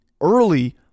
early